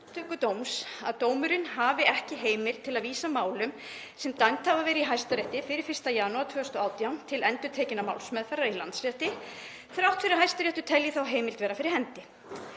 Endurupptökudóms að dómurinn hafi ekki heimild til að vísa málum sem dæmd hafa verið í Hæstarétti fyrir 1. janúar 2018 til endurtekinnar málsmeðferðar í Landsrétti þrátt fyrir að Hæstiréttur telji þá heimild vera fyrir hendi.